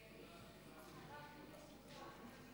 תודה לך, אדוני